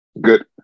good